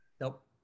Nope